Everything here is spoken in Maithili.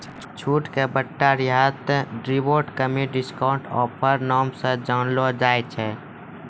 छूट के बट्टा रियायत रिबेट कमी डिस्काउंट ऑफर नाम से जानलो जाय छै